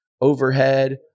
overhead